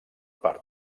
part